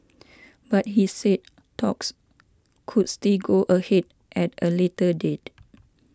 but he said talks could still go ahead at a later date